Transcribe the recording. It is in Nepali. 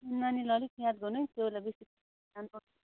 नानीलाई अलिक याद गर्नु है कोही बेला बेसी घाम पर्छ